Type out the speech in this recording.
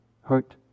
hurt